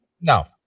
No